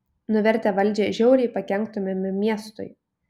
nuvertę valdžią žiauriai pakenktumėme miestui